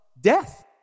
death